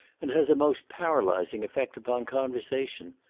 and has a most paralysing effect upon conversation.